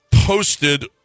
posted